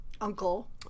Uncle